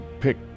pick